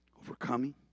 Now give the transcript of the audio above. overcoming